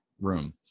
room